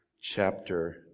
chapter